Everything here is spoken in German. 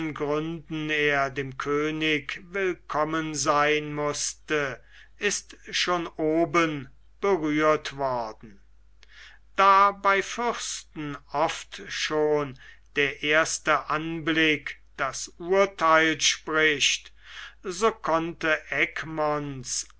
gründen er dem könig willkommen sein mußte ist schon oben berührt worden da bei fürsten oft schon der erste anblick das urtheil spricht so konnte egmonts